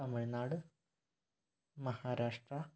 Tamil Nadu Maharashtra